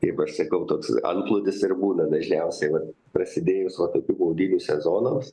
kaip aš sakau toks antplūdis ir būna dažniausiai vat prasidėjus vat kaip tik maudynių sezonams